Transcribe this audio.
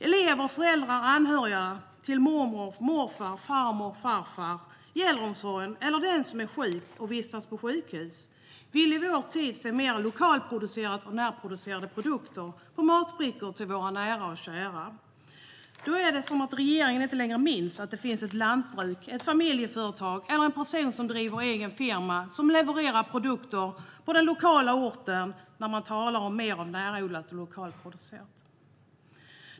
Elever, föräldrar och anhöriga till mormor och morfar, farmor och farfar i äldreomsorgen eller den som är sjuk och vistas på sjukhus vill i vår tid se mer av lokalproducerade och närproducerade produkter på matbrickor till våra nära och kära. Då är det som att regeringen inte längre minns att det finns ett lantbruk, ett familjeföretag eller en person som driver egen firma som levererar produkter på den lokala orten när man talar om mer av närodlat och lokalproducerat.